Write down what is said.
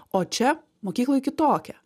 o čia mokykloj kitokia